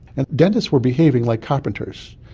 and dentists were behaving like carpenters.